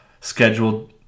scheduled –